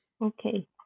Okay